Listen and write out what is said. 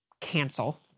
cancel